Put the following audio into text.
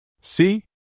See